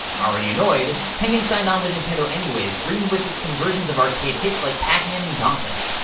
already annoyed, tengen signed on with nintendo anyways, bringing with it conversions of arcade hits like pac man and gauntlet.